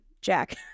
Jack